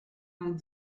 vingt